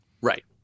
Right